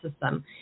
system